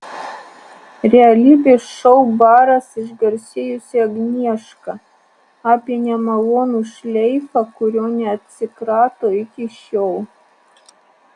realybės šou baras išgarsėjusi agnieška apie nemalonų šleifą kurio neatsikrato iki šiol